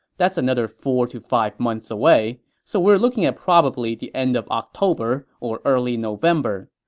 that's another four to five months away, so we're looking at probably the end of october or early november.